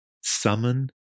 summon